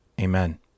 Amen